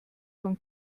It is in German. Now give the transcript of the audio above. von